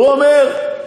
הוא אומר: